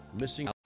missing